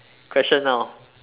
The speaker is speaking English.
question now